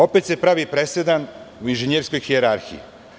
Opet se pravi presedan u inženjerskoj hijerahiji.